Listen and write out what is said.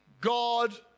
God